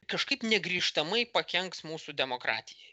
kažkaip negrįžtamai pakenks mūsų demokratijai